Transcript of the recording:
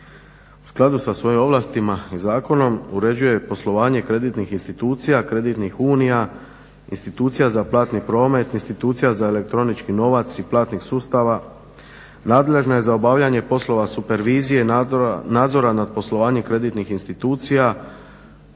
u skladu sa svojim ovlastima i zakonom uređuje i poslovanje kreditnih institucija, kreditnih unija, institucija za platni promet, institucija za elektronički novac i platnih sustava. Nadležna je za obavljanje poslova supervizije, nadzora nad poslovanjem kreditnih institucija.